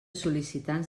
sol·licitants